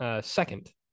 second